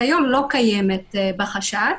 שתכליתו התמודדות עם התפשטות נגיף הקורונה,